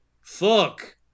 fuck